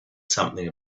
something